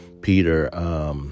Peter